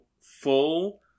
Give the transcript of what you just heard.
full